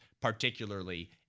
particularly